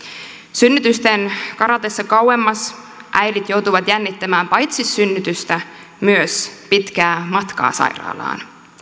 synnytysten karatessa kauemmas äidit joutuvat jännittämään paitsi synnytystä myös pitkää matkaa sairaalaan